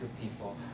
people